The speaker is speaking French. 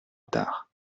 retard